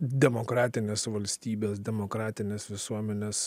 demokratines valstybes demokratines visuomenes